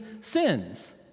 sins